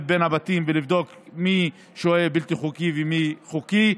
בין הבתים ולבדוק מי שוהה בלתי חוקי ומי חוקי.